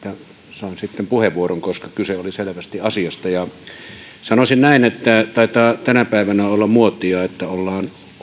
että saan sitten puheenvuoron koska kyse oli selvästi asiasta sanoisin näin että taitaa tänä päivänä olla muotia että ollaan